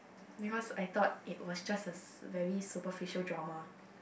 because I thought it was just a very superficial drama